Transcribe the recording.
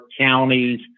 counties